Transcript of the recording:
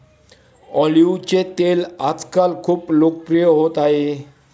ऑलिव्हचे तेल आजकाल खूप लोकप्रिय होत आहे